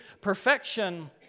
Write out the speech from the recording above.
perfection